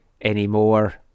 anymore